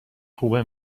خوبه